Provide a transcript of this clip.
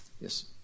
Yes